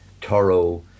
Toro